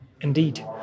indeed